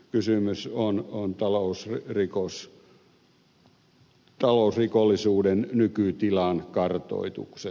kysymys on talousrikollisuuden nykytilan kartoituksesta